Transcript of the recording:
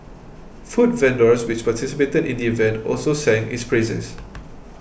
food vendors which participated in the event also sang its praises